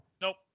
Nope